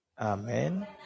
Amen